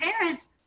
parents